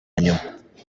nyuma